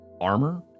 armor